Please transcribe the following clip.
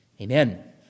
Amen